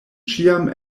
ĉiam